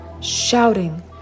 Shouting